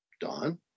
Don